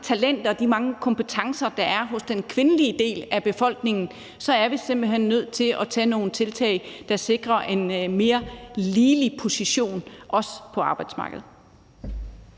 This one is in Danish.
talenter og de mange kompetencer, der er hos den kvindelige del af befolkningen, er vi simpelt hen nødt til at tage nogle tiltag, der sikrer en mere ligelig position, også på arbejdsmarkedet.